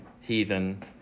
heathen